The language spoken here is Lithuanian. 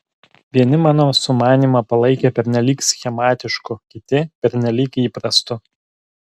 vieni mano sumanymą palaikė pernelyg schematišku kiti pernelyg įprastu